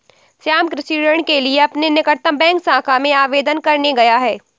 श्याम कृषि ऋण के लिए अपने निकटतम बैंक शाखा में आवेदन करने गया है